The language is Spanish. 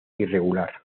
irregular